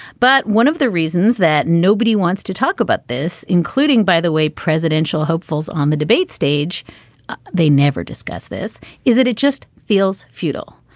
but one of the reasons that nobody wants to talk about this including by the way presidential hopefuls on the debate stage they never discuss this is it it just feels futile.